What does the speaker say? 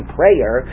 prayer